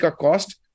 cost